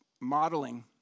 Modeling